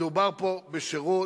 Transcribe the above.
מדובר פה בשירות